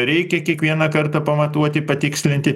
reikia kiekvieną kartą pamatuoti patikslinti